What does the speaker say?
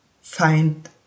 find